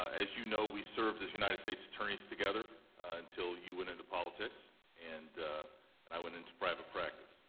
as you know, we served as united states attorneys together until you went into politics and and i went into private practice.